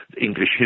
English